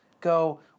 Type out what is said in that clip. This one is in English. go